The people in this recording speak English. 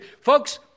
Folks